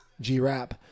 G-Rap